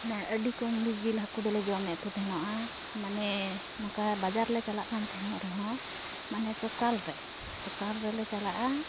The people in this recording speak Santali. ᱢᱟᱱᱮ ᱟᱹᱰᱤ ᱠᱚᱢᱜᱮ ᱡᱤᱞ ᱦᱟᱹᱠᱩ ᱠᱚᱫᱚ ᱞᱮ ᱡᱚᱢᱮᱫ ᱠᱚ ᱛᱟᱦᱮᱱᱚᱜᱼᱟ ᱢᱟᱱᱮ ᱚᱱᱠᱟ ᱵᱟᱡᱟᱨ ᱞᱮ ᱪᱟᱞᱟᱜ ᱠᱟᱱ ᱛᱟᱦᱮᱱᱚᱜ ᱨᱮᱦᱚᱸ ᱢᱟᱱᱮ ᱥᱚᱠᱟᱞᱨᱮ ᱥᱚᱠᱟᱞᱨᱮ ᱞᱮ ᱪᱟᱞᱟᱜᱼᱟ